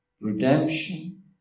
redemption